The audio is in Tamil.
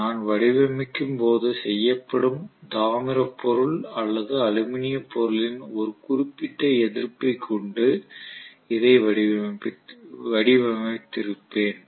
நான் வடிவமைக்கும்போது செய்யப்படும் தாமிர பொருள் அல்லது அலுமினியப் பொருளின் ஒரு குறிப்பிட்ட எதிர்ப்பைக் கொண்டு இதை வடிவமைத்திருப்பேன்